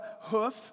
hoof